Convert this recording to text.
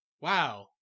Wow